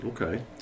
Okay